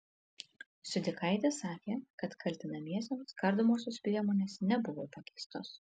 siudikaitė sakė kad kaltinamiesiems kardomosios priemonės nebuvo pakeistos